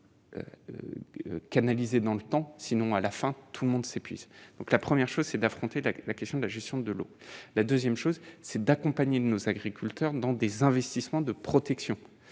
canalisée dans le temps, sinon à la fin tout le monde s'épuise, donc la première chose c'est d'affronter la question de la gestion de l'eau, la 2ème chose c'est d'accompagner nos agriculteurs dans des investissements de protection